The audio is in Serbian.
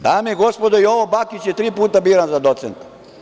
Dame i gospodo, Jovo Bakić je tri puta biran za docenta.